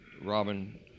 Robin